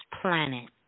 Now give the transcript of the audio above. planet